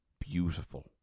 beautiful